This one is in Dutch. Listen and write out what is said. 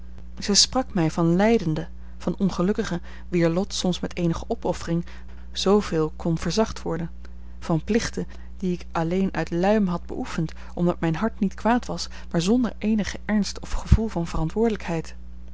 zij sprak mij van lijdenden van ongelukkigen wier lot soms met eenige opoffering zooveel kon verzacht worden van plichten die ik alleen uit luim had beoefend omdat mijn hart niet kwaad was maar zonder eenigen ernst of gevoel van verantwoordelijkheid